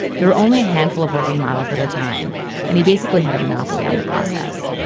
there were only a handful of working models at a time and he basically had a monopoly on the process